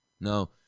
No